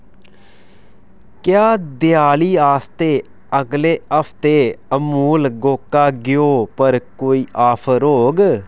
क्या देयाली आस्तै अगले हफ्तै अमूल गोका घ्यो पर कोई आफर औग